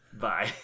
Bye